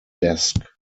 desk